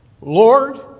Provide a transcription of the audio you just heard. Lord